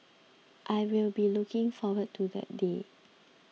I will be looking forward to that day